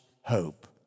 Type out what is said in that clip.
hope